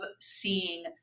seeing